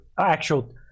actual